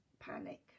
panic